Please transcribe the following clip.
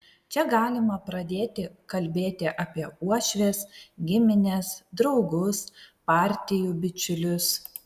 čia galima pradėti kalbėti apie uošves gimines draugus partijų bičiulius